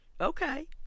Okay